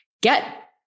get